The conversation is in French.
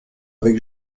avec